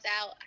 out